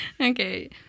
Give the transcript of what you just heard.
Okay